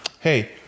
hey